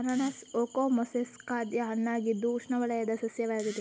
ಅನಾನಸ್ ಓಕಮೊಸಸ್ ಖಾದ್ಯ ಹಣ್ಣಾಗಿದ್ದು ಉಷ್ಣವಲಯದ ಸಸ್ಯವಾಗಿದೆ